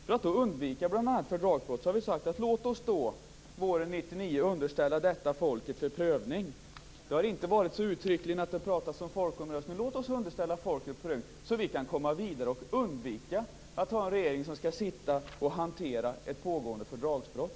För att undvika ett fördragsbrott har vi sagt: Låt oss då våren 1999 underställa frågan folket för prövning - men det har inte uttryckligen talats om folkomröstning - så att vi kan komma vidare och undvika att ha en regering som skall hantera ett pågående fördragsbrott.